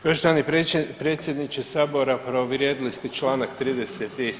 Poštovani predsjedniče sabora povrijedili ste Članak 30.